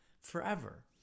forever